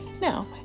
Now